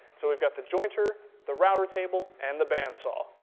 so we've got the jointer, the router table, and the band saw.